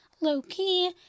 low-key